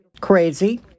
crazy